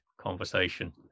conversation